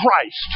Christ